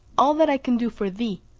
all that i can do for thee,